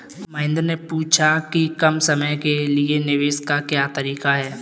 महेन्द्र ने पूछा कि कम समय के लिए निवेश का क्या तरीका है?